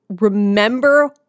remember